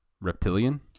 Reptilian